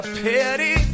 pity